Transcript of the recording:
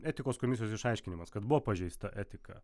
etikos komisijos išaiškinimas kad buvo pažeista etika